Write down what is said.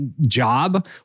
job